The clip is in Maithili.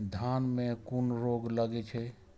धान में कुन रोग लागे छै?